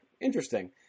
Interesting